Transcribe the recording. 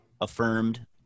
affirmed